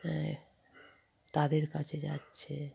হ্যাঁ তাদের কাছে যাচ্ছে